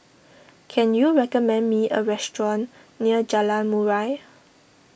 can you recommend me a restaurant near Jalan Murai